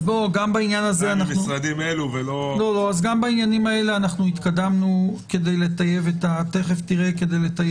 -- גם בעניינים האלה התקדמנו כדי לטייב את העניין.